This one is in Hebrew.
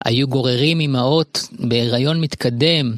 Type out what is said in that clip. היו גוררים אימהות בהיריון מתקדם.